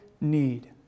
need